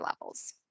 levels